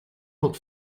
but